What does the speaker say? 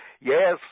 yes